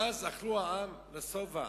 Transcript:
ואז אכלו העם לשובע.